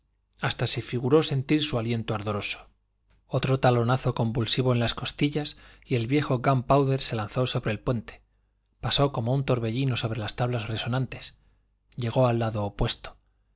hasta se figuró sentir su aliento ardoroso otro talonazo convulsivo en las costillas y el viejo gunpowder se lanzó sobre el puente pasó como un torbellino sobre las tablas resonantes llegó al lado opuesto